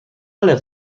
ale